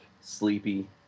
Sleepy